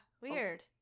weird